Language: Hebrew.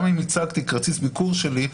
גם אם הצגתי כרטיס ביקור שלי,